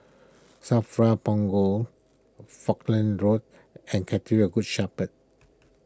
Safra Punggol Falkland Road and Cathedral of Good Shepherd